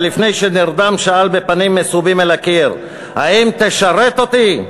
ולפני שנרדם שאל בפנים מסובים אל הקיר: 'האם תשרת אותי?'